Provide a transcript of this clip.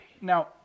Now